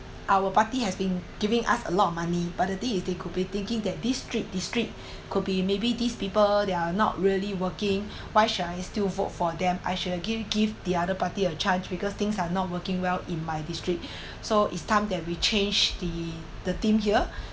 our party has been giving us a lot of money but the thing is they could be thinking that this trick this trick could be maybe these people they are not really working why should I still vote for them I should've give give the other party a chance because things are not working well in my district so it's time that we change the the team here